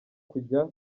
kujya